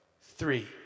Three